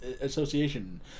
Association